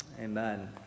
amen